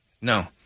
No